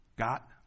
got